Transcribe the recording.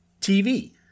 TV